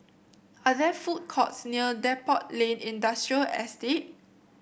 are there food courts near Depot Lane Industrial Estate